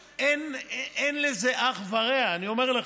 אין לזה אח ורע, אני אומר לך.